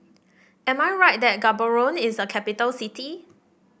am I right that Gaborone is a capital city